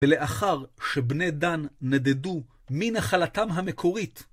ולאחר שבני דן נדדו מנחלתם המקורית,